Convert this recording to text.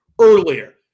earlier